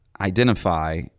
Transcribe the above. identify